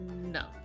No